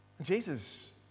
Jesus